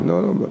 לא, לא.